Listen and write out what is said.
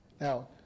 Now